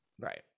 Right